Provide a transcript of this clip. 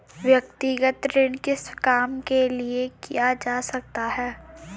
व्यक्तिगत ऋण किस काम के लिए किया जा सकता है?